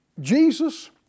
Jesus